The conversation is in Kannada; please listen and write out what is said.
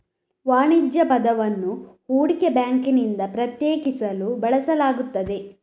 ವಾಣಿಜ್ಯ ಪದವನ್ನು ಹೂಡಿಕೆ ಬ್ಯಾಂಕಿನಿಂದ ಪ್ರತ್ಯೇಕಿಸಲು ಬಳಸಲಾಗುತ್ತದೆ